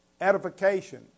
edification